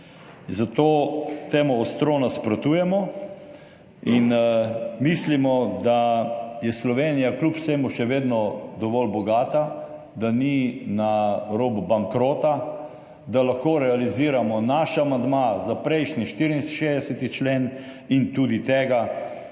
zato temu ostro nasprotujemo in mislimo, da je Slovenija kljub vsemu še vedno dovolj bogata, da ni na robu bankrota, da lahko realiziramo naš amandma za prejšnji 64. člen in tudi tega.